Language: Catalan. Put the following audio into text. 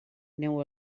neu